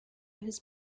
his